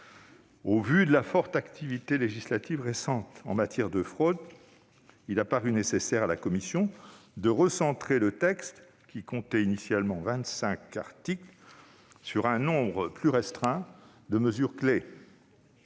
au vu de la forte activité législative récente en matière de fraude, il a paru nécessaire à la commission de recentrer le texte, qui comptait initialement vingt-cinq articles, sur un nombre plus restreint de mesures clés.